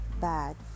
bad